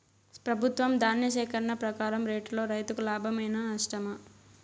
ప్రభుత్వం ధాన్య సేకరణ ప్రకారం రేటులో రైతుకు లాభమేనా నష్టమా?